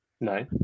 No